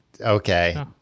Okay